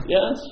Yes